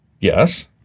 Yes